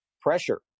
pressure